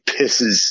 pisses